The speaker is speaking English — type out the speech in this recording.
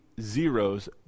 zeros